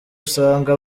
usanga